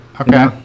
Okay